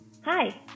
Hi